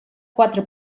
quatre